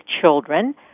children